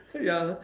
ya